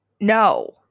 no